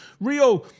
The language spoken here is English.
Rio